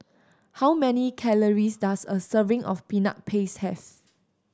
how many calories does a serving of Peanut Paste have